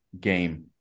game